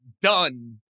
done